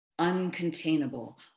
uncontainable